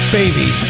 baby